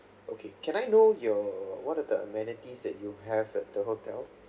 okay can I know your what are the amenities that you have at the hotel